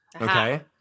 Okay